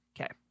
Okay